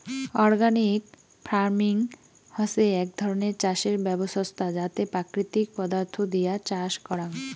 organic farming হসে এক ধরণের চাষের ব্যবছস্থা যাতে প্রাকৃতিক পদার্থ দিয়া চাষ করাং